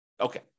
Okay